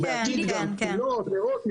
הוא בעתיד גם עוגיות,